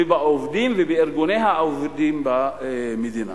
ובעובדים ובארגוני העובדים במדינה.